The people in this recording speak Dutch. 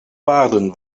paarden